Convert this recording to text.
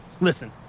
listen